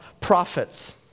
prophets